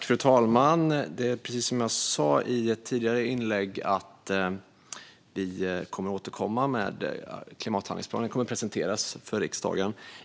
Fru talman! Precis som jag sa i ett tidigare inlägg kommer vi att återkomma när klimathandlingsplanen kommer att presenteras för riksdagen.